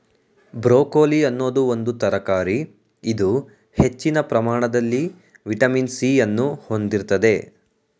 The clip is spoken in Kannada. ಬ್ರೊಕೊಲಿ ಅನ್ನೋದು ಒಂದು ತರಕಾರಿ ಇದು ಹೆಚ್ಚಿನ ಪ್ರಮಾಣದಲ್ಲಿ ವಿಟಮಿನ್ ಸಿ ಅನ್ನು ಹೊಂದಿರ್ತದೆ